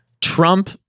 Trump